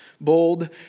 bold